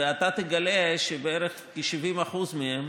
ואתה תגלה שבערך 70% מהם,